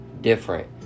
Different